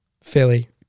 Philly